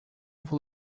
vou